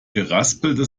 geraspelte